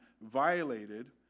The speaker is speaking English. violated